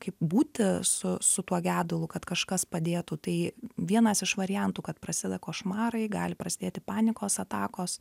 kaip būti su su tuo gedulu kad kažkas padėtų tai vienas iš variantų kad prasideda košmarai gali prasidėti panikos atakos